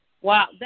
Wow